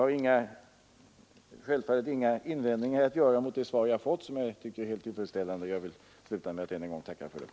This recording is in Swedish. Jag har självfallet inga invändningar att göra mot det svar som jag fått och som jag tycker är helt tillfredsställande. Jag vill sluta med att än en gång tacka för detta.